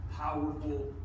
powerful